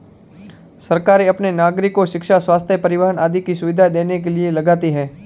सरकारें अपने नागरिको शिक्षा, स्वस्थ्य, परिवहन आदि की सुविधाएं देने के लिए कर लगाती हैं